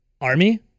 Army